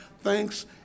thanks